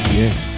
yes